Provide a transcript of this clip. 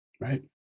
right